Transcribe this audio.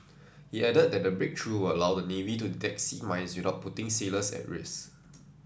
he added that the breakthrough will allow the navy to detect sea mines without putting sailors at risk